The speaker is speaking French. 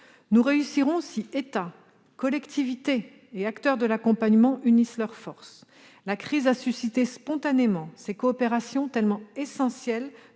Nous réussirons si État, collectivités et acteurs de l'accompagnement unissent leurs forces. La crise a suscité spontanément ces coopérations, si essentielles.